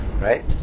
right